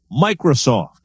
Microsoft